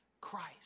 Christ